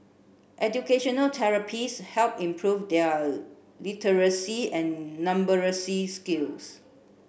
educational therapists helped improve their literacy and numeracy skills